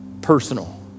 personal